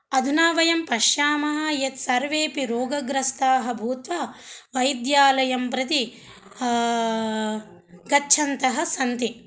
अधुना वयं पश्यामः यत्सर्वेपि रोगग्रस्ताः भूत्वा वैद्यालयं प्रति गच्छन्तः सन्ति